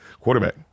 quarterback